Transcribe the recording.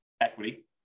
equity